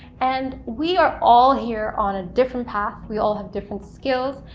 and we are all here on a different path, we all have different skills,